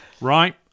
right